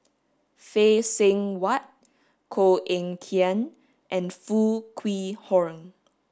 Phay Seng Whatt Koh Eng Kian and Foo Kwee Horng